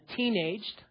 teenaged